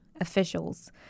officials